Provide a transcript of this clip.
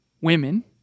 women